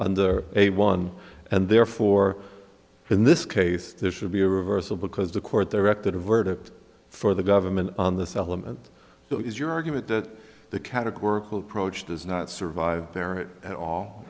under a one and therefore in this case there should be a reversal because the court there rect that a verdict for the government on this element is your argument that the categorical approach does not survive their it at all